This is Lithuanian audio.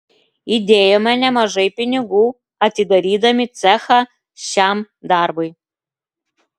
įdėjome nemažai pinigų atidarydami cechą šiam darbui